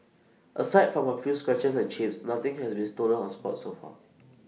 aside from A few scratches and chips nothing has been stolen or spoilt so far